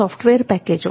software પેકેજો